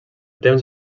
temps